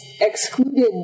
excluded